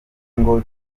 ngo